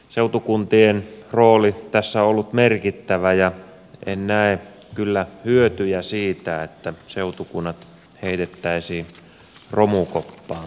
seutukuntien rooli tässä on ollut merkittävä ja en näe kyllä hyötyjä siitä että seutukunnat heitettäisiin romukoppaan